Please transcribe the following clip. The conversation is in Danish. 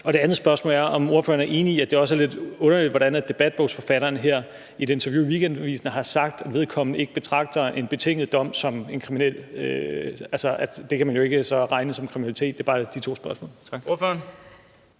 Det andet spørgsmål er, om ordføreren er enig i, at det også er lidt underligt, at debatbogsforfatteren her i et interview i Weekendavisen har sagt, at han ikke betragter det at have en betinget dom som belæg for, at man har begået noget kriminelt. Det var bare de to spørgsmål.